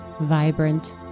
vibrant